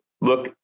look